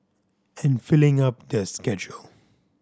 and filling up their schedule